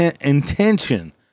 intention